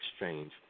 exchange